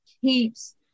keeps